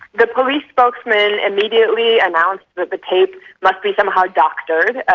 the police spokesman immediately announced that the tape must be somehow doctored,